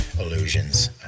illusions